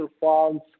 funds